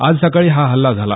आज सकाळी हा हल्ला झाला